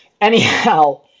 Anyhow